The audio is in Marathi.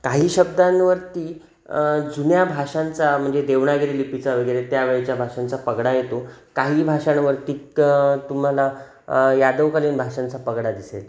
काही शब्दांवरती जुन्या भाषांचा म्हणजे देवनागरी लिपीचा वगैरे त्या वेळेच्या भाषांचा पगडा येतो काही भाषांवरती तुम्हाला यादवकालीन भाषांचा पगडा दिसेल